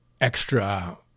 extra